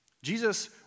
Jesus